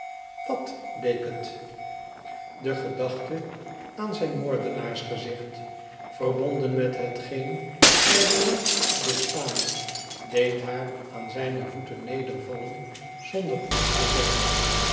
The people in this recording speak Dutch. twat leek het de gedachte aan zijn moordenaarsgezicht verbonden met hetgeen zij dien nacht had doorgestaan deed haar aan zijne voeten nedervallen zonder iets te zeggen